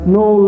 no